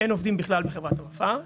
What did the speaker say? אין עובדים בכלל בחברת מפא"ר.